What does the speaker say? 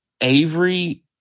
Avery